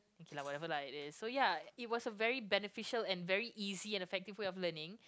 okay lah whatever lah it is so ya it was a very beneficial and very easy and effective way of learning